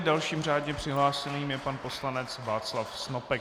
Dalším řádně přihlášeným je pan poslanec Václav Snopek.